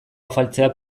afaltzea